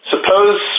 suppose